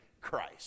Christ